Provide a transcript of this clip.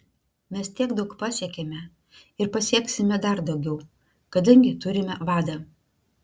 mes tiek daug pasiekėme ir pasieksime dar daugiau kadangi turime vadą